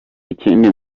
ikindi